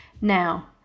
Now